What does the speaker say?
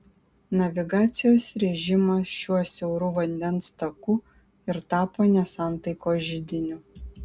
navigacijos režimas šiuo siauru vandens taku ir tapo nesantaikos židiniu